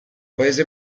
paese